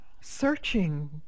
searching